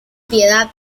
piedad